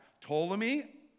Ptolemy